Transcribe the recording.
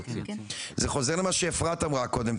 זה חוזר למה שאפרת אמרה קודם,